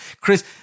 Chris